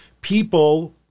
people